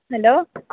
hello